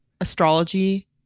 astrology